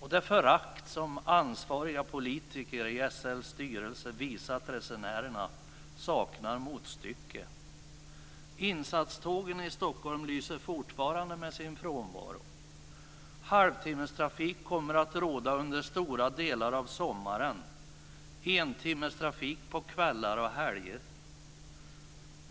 och det förakt som ansvariga politiker i SL:s styrelse har visat resenärerna saknar motstycke. Insatstågen i Stockholm lyser fortfarande med sin frånvaro. Halvtimmestrafik kommer att råda under stora delar av sommaren, entimmestrafik på kvällar och helger.